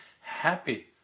happy